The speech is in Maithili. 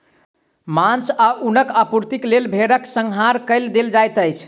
मौस आ ऊनक आपूर्तिक लेल भेड़क संहार कय देल जाइत अछि